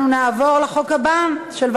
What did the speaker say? ההצעה עברה גם בקריאה שלישית,